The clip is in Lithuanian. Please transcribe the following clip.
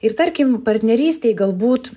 ir tarkim partnerystėj galbūt